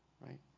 right